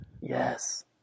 Yes